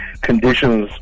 conditions